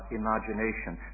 imagination